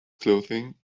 clothing